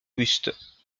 buste